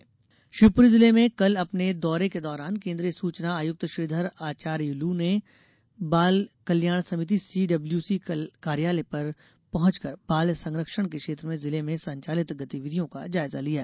शिवपुरी शिवपुरी जिले में कल अपने दौरे के दौरान केंद्रीय सूचना आयुक्त श्रीधर आचायलू ने बाल कल्याण समिति सीडब्ल्यूसी कार्यालय पर पहुंचकर बाल संरक्षण के क्षेत्र में जिले में संचालित गतिविधियों का जायजा लिया